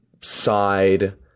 Side